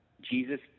Jesus